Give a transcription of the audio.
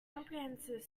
comprehensive